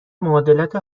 معادلات